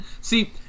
See